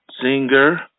Singer